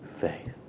faith